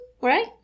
right